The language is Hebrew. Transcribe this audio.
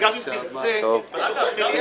-- גם אם תרצה, עוד מעט יש מליאה.